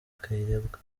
kayirebwa